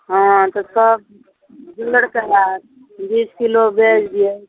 हँ तऽ सब जोड़िके होएत बीस किलो भेज दिऔ